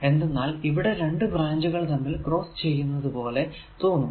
എന്തെന്നാൽ ഇവിടെ രണ്ടു ബ്രാഞ്ചുകൾ തമ്മിൽ ക്രോസ്സ് ചെയ്യുന്നത് പോലെ തോന്നും